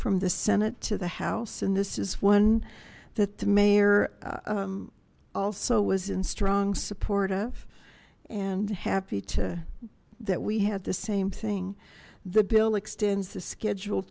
from the senate to the house and this is one that the mayor also was in strong support of and happy to that we had the same thing the bill extends the schedule